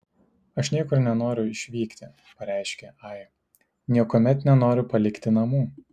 aš niekur nenoriu išvykti pareiškė ai niekuomet nenoriu palikti namų